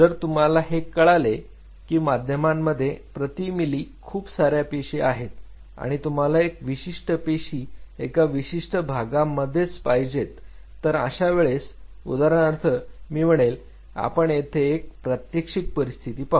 जर तुम्हाला हे कळाले की माध्यमांमध्ये प्रति मिली खूप सार्या पेशी आहेत आणि तुम्हाला एक विशिष्ट पेशी एका विशिष्ट भागामध्येच पाहिजेत तर अशा वेळेस उदाहरणार्थ मी म्हणेल आपण येथे एक प्रात्यक्षिक परिस्थिती पाहू